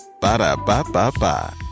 Ba-da-ba-ba-ba